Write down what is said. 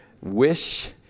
Wish